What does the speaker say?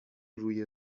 روی